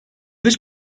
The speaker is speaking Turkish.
dış